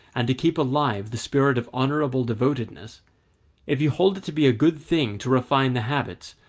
and to keep alive the spirit of honorable devotedness if you hold it to be a good thing to refine the habits,